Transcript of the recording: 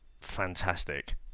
fantastic